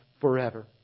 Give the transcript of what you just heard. forever